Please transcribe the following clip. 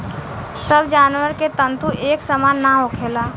सब जानवर के तंतु एक सामान ना होखेला